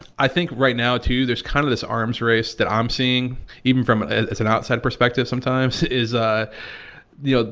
i think right now too, there's kind of this arms race that i'm seeing even from as an outside perspective sometimes is, ah you know,